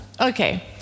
Okay